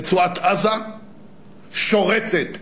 רצועת-עזה שורצת מחבלים,